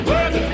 Work